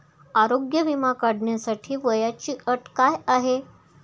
आरोग्य विमा काढण्यासाठी वयाची अट काय आहे?